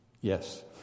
Yes